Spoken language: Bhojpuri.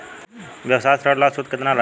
व्यवसाय ऋण ला सूद केतना लागी?